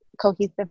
cohesive